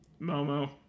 Momo